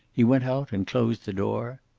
he went out and closed the door.